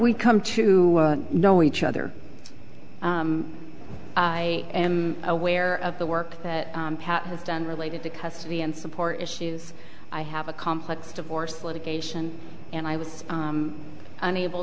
we come to know each other i am aware of the work that was done related to custody and support issues i have a complex divorce litigation and i was unable